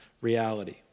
reality